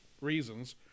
reasons